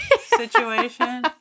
situation